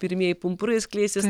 pirmieji pumpurai skleistis